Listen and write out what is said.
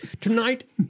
Tonight